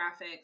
graphics